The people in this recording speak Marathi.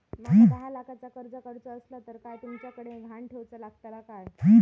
माका दहा लाखाचा कर्ज काढूचा असला तर काय तुमच्याकडे ग्हाण ठेवूचा लागात काय?